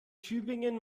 tübingen